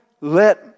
let